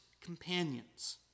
companions